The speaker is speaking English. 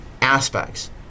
aspects